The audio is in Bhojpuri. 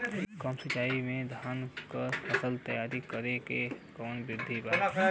कम सिचाई में धान के फसल तैयार करे क कवन बिधि बा?